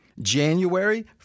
January